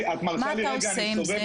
מה אתה עושה עם זה?